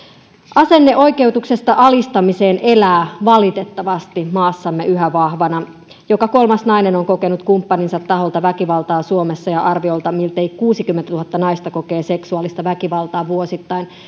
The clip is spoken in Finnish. asenne oikeutuksesta alistamiseen elää valitettavasti maassamme yhä vahvana joka kolmas nainen on kokenut kumppaninsa taholta väkivaltaa suomessa ja arviolta miltei kuusikymmentätuhatta naista kokee seksuaalista väkivaltaa vuosittain